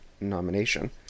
nomination